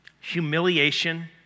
humiliation